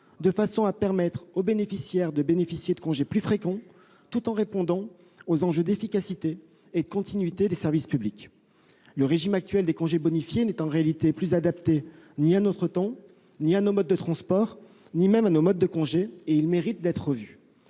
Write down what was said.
de façon à permettre aux personnes concernées de bénéficier de congés plus fréquents, tout en répondant aux enjeux d'efficacité et de continuité des services publics. Le régime actuel des congés bonifiés n'est en réalité plus adapté, ni à notre temps, ni à nos modes de transport, ni même à nos modes de congés, et il mérite d'être revu.